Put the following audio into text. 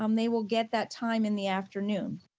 um they will get that time in the afternoon.